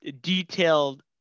detailed